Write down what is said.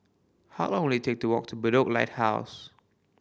how long will it take to walk to Bedok Lighthouse